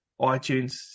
iTunes